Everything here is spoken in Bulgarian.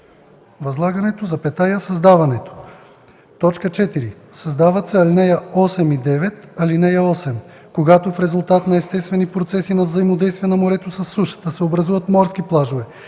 „възлагането, създаването”. 4. Създават се ал. 8 и 9: „(8) Когато в резултат на естествени процеси на взаимодействие на морето със сушата се образуват морски плажове,